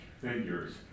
figures